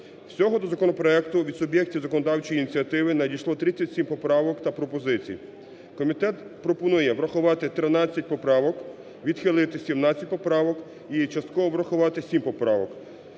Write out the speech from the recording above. Всього до законопроекту від суб'єктів законодавчої ініціативи надійшло 37 поправок та пропозицій, комітет пропонує врахувати 13 поправок, відхилити 17 поправок і частково врахувати 7 поправок.